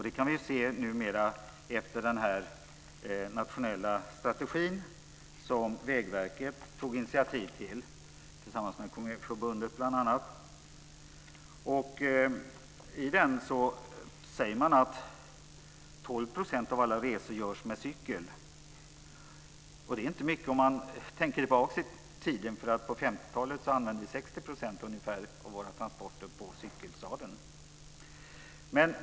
Det kan vi numera se efter den nationella strategin som Vägverket tillsammans med bl.a. Kommunförbundet tog initiativ till. I den säger man att 12 % av alla resor görs med cykel. Det är inte mycket om man ser bakåt i tiden, för på 50-talet utfördes ungefär 60 % av transporterna med cykel.